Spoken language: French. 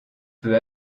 peut